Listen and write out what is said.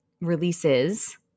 releases